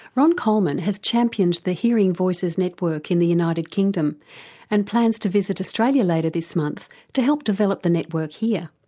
ron coleman has championed the hearing voices network in the united kingdom and plans to visit australia later this month to help develop the network here.